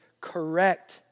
correct